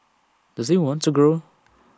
does he want to grow